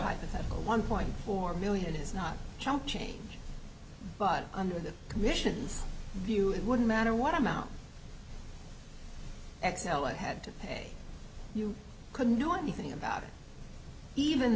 hypothetical one point four million is not chump change but the commissions view it wouldn't matter what amount xcel it had to pay you couldn't do anything about it even